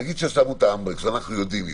נגיד ששמנו את ה-hand brake, אנחנו יודעים מזה,